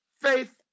faith